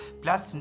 plus